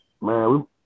Man